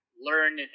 learn